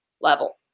level